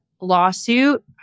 lawsuit